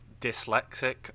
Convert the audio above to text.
dyslexic